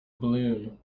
balloon